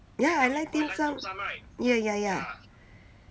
ya I like dim sum ya ya ya